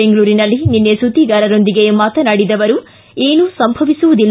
ಬೆಂಗಳೂರಿನಲ್ಲಿ ನಿನ್ನೆ ಸುದ್ದಿಗಾರರೊಂದಿಗೆ ಮಾತನಾಡಿದ ಅವರು ಏನು ಸಂಭವಿಸುವುದಿಲ್ಲ